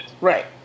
Right